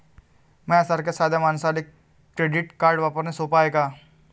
माह्या सारख्या साध्या मानसाले क्रेडिट कार्ड वापरने सोपं हाय का?